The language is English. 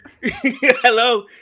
Hello